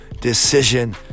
decision